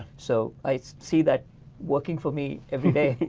so i see that working for me every day.